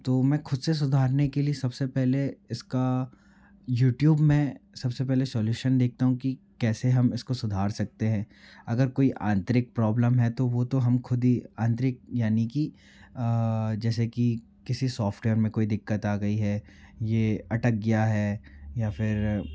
तो मैं खुद सुधारने के लिए सबसे पहले इसका यूट्यूब में सबसे पहले सॉल्यूशन देखता हूँ कि कैसे हम इसको सुधार सकते हैं अगर कोई आंतरिक प्रॉब्लम है तो वो तो हम खुद ही आंतरिक यानि कि जैसे कि किसी सॉफ्टवेयर में कोई दिक्कत आ गई है ये अटक गया है या फिर